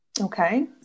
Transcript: Okay